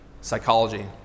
psychology